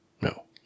No